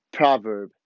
proverb